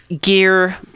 gear